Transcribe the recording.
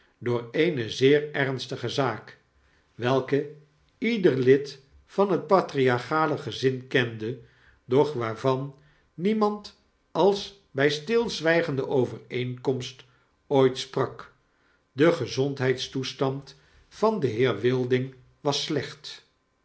door eene zeer ernstige zaak welke ieder lid van het patriarchale gezin kende doch waarvan niemand als bij stilzwygende overeenkomst ooit sprak de gezondheidstoestand van den heer wilding was slecht